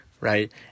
right